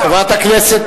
חברת הכנסת